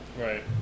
Right